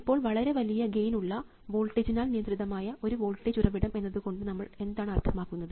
ഇപ്പോൾ വളരെ വലിയ ഗെയിൻ ഉള്ള വോൾട്ടേജിനാൽ നിയന്ത്രിതമായ ഒരു വോൾട്ടേജ് ഉറവിടം എന്നതുകൊണ്ട് നമ്മൾ എന്താണ് അർത്ഥമാക്കുന്നത്